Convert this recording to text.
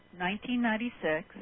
1996